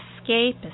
escape